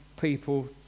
people